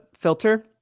filter